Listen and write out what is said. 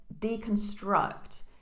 deconstruct